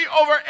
over